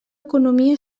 economia